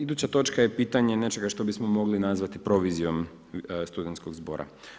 Iduća točka je pitanje nečega što bismo mogli nazvati provizijom Studentskog zbora.